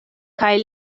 kaj